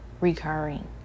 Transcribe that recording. recurring